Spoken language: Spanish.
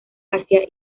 hacia